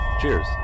Cheers